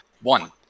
One